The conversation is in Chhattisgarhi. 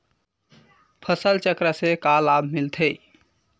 फसल चक्र से का लाभ मिलथे?